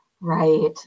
Right